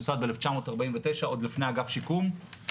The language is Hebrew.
נוסד ב-1949 עוד לפני אגף שיקום.